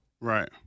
Right